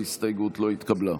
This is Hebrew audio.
ההסתייגות לא התקבלה.